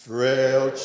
Frail